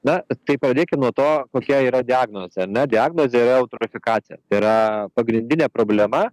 na tai pradėkim nuo to kokia yra diagnozė ar ne diagnozė yra eutrofikacija tai yra pagrindinė problema